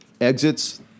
exits